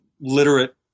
literate